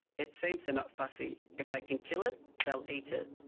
it seems they are not fussy if they can kill it, they'll eat it.